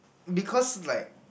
because like